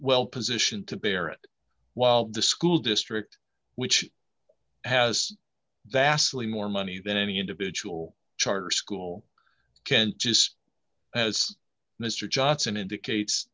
well positioned to parent while to school district which has vastly more money than any individual charter school can just as mr johnson indicates